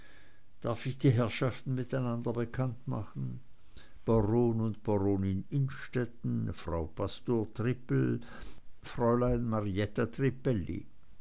darf ich die herrschaften miteinander bekannt machen baron und baronin innstetten frau pastor trippel fräulein marietta